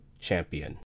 champion